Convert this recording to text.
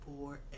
forever